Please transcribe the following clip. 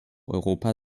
europa